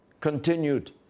continued